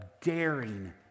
daring